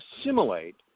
assimilate